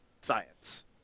science